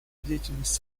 деятельность